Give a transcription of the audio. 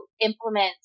implement